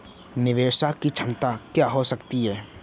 निवेश की क्षमता क्या हो सकती है?